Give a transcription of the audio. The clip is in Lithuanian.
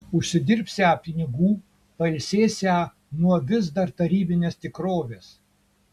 užsidirbsią pinigų pailsėsią nuo vis dar tarybinės tikrovės